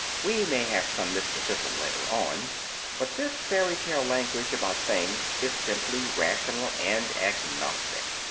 we may have some mysticism later on but this fairy-tale language about things is simply rational and agnostic.